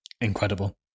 incredible